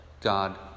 God